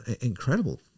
incredible